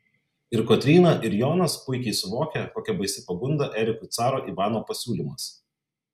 ir kotryna ir jonas puikiai suvokia kokia baisi pagunda erikui caro ivano pasiūlymas